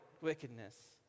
wickedness